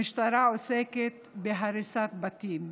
המשטרה עוסקת בהריסת בתים,